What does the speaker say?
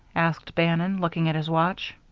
asked bannon, looking at his watch.